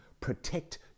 Protect